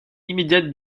immédiate